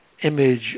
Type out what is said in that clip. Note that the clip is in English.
image